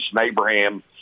Abraham